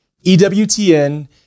EWTN